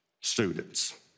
students